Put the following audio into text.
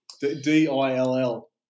D-I-L-L